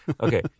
okay